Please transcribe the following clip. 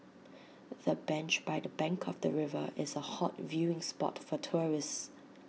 the bench by the bank of the river is A hot viewing spot for tourists